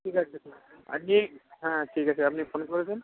ঠিক আছে হ্যাঁ ঠিক আছে আপনি ফোন করে দেবেন